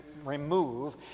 remove